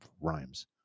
rhymes